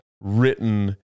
written